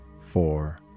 four